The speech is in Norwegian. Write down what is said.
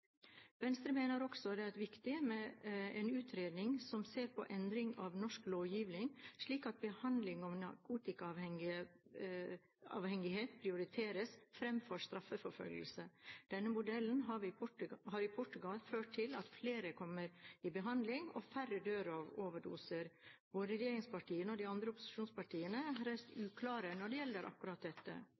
Venstre mener også det er viktig med en utredning som ser på endring av norsk lovgivning, slik at behandling av narkotikaavhengighet prioriteres fremfor straffeforfølgelse. Denne modellen har i Portugal ført til at flere kommer i behandling og færre dør av overdoser. Både regjeringspartiene og de andre opposisjonspartiene er høyst uklare når det gjelder akkurat dette.